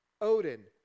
Odin